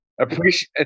appreciate